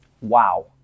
Wow